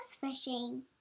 fishing